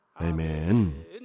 Amen